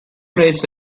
rese